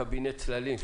קבינט צללים,